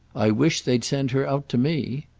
i wish they'd send her out to me!